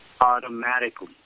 automatically